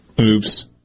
Oops